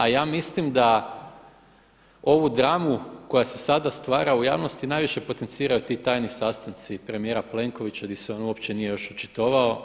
A ja mislim da ovu dramu koja se sada stvara u javnosti najviše potenciraju ti tajni sastanci premijera Plenkovića gdje se on uopće nije još očitovao.